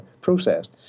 processed